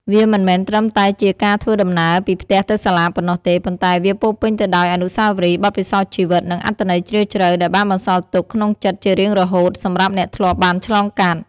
វាមិនមែនត្រឹមតែជាការធ្វើដំណើរពីផ្ទះទៅសាលាប៉ុណ្ណោះទេ ប៉ុន្តែវាពោរពេញទៅដោយ អនុស្សាវរីយ៍ បទពិសោធន៍ជីវិត និងអត្ថន័យជ្រាលជ្រៅ ដែលបានបន្សល់ទុកក្នុងចិត្តជារៀងរហូតសម្រាប់អ្នកធ្លាប់បានឆ្លងកាត់។